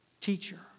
teacher